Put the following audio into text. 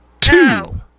Two